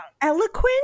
Eloquent